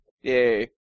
Yay